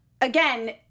again